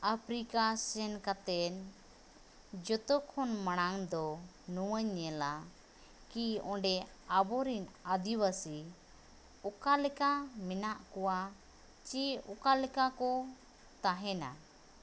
Africa ᱥᱮᱱ ᱠᱟᱛᱮᱱ ᱡᱚᱛᱚᱠᱷᱚᱱ ᱢᱟᱲᱟᱝᱫᱚ ᱱᱚᱣᱟᱧ ᱧᱮᱞᱟ ᱠᱤ ᱚᱸᱰᱮ ᱟᱵᱚᱨᱤᱱ ᱟᱫᱤᱵᱟᱥᱤ ᱚᱠᱟᱞᱮᱠᱟ ᱢᱮᱱᱟᱜ ᱠᱚᱣᱟ ᱪᱮ ᱚᱠᱟᱞᱮᱠᱟᱠᱚ ᱛᱟᱦᱮᱱᱟ